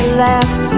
last